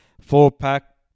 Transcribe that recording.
Four-pack